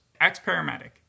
Ex-paramedic